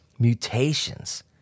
mutations